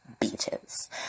beaches